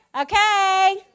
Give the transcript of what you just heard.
Okay